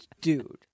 Dude